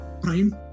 prime